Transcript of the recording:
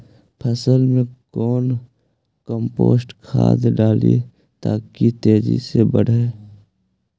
फसल मे कौन कम्पोस्ट खाद डाली ताकि तेजी से बदे?